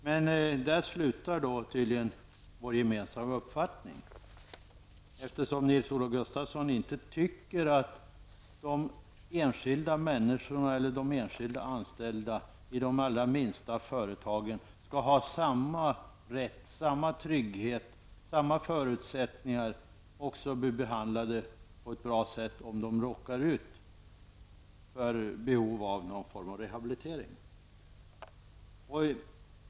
Men där slutar tydligen vår gemensamma uppfattning, eftersom Nils-Olof Gustafsson inte tycker att de enskilda människorna eller de enskilda anställda i de allra minsta företagen skall ha samma rätt, trygghet och förutsättningar att bli behandlade på ett bra sätt om de får behov av rehabilitering.